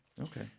Okay